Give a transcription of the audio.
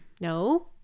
No